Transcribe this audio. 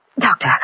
Doctor